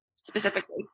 specifically